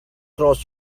cross